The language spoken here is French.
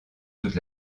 toute